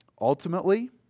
Ultimately